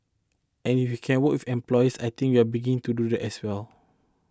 and if we can work with employers I think we're beginning to do that as well